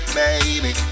baby